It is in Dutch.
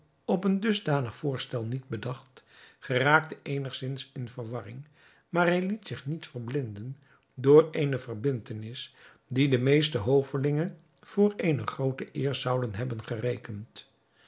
op een dusdanig voorstel niet bedacht geraakte eenigzins in verwarring maar hij liet zich niet verblinden door eene verbindtenis die de meeste hovelingen voor eene groote eer zouden hebben gerekend